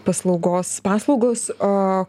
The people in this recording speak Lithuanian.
paslaugos paslaugos a